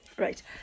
Right